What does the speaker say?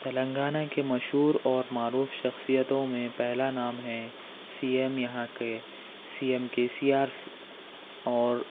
تلنگانہ کے مشہور اور معروف شخصیتوں میں پہلا نام ہے سی ایم یہاں کے C M K C R اور